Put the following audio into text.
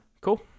cool